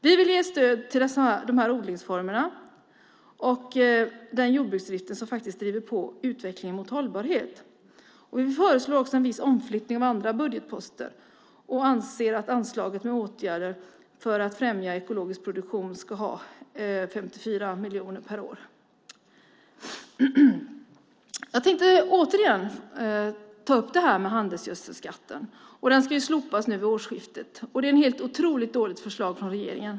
Vi vill ge stöd till de här odlingsformerna och den jordbruksdrift som driver på utvecklingen i riktning mot hållbarhet. Vi föreslår en viss omflyttning av andra budgetposter och anser att anslaget med åtgärder för att främja ekologisk produktion ska ha 54 miljoner per år. Jag tänkte återigen ta upp handelsgödselskatten. Den ska slopas nu vid årsskiftet. Det är ett otroligt dåligt förslag från regeringen.